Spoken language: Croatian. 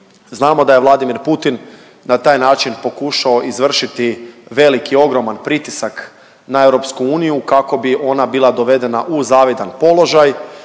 Znamo da je Vladimir Putin na taj način pokušao izvršiti veliki, ogroman pritisak na EU, kako bi ona bila dovedena u zavidan položaj